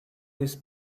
his